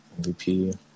MVP